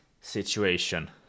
situation